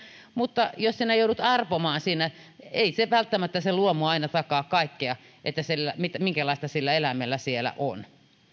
mutta jos joudut arpomaan siinä ei välttämättä se luomu aina takaa kaikkea minkälaista sillä eläimellä siellä on